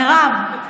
מירב,